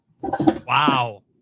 Wow